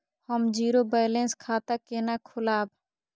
हम zero balance खाता केना खोलाब?